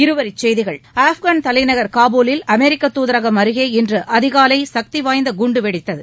இருவரி செய்திகள் ஆப்கான் தலைநகர் காபூலில் அமெரிக்க துதரகம் அருகே இன்று அதிகாலை சக்திவாய்ந்த குன்டு வெடித்தது